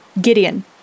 Gideon